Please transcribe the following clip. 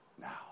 now